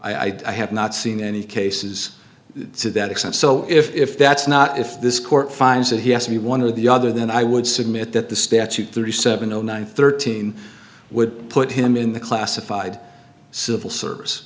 i have not seen any cases to that extent so if that's not if this court finds that he has to be one of the other then i would submit that the statute thirty seven zero nine thirteen would put him in the classified civil service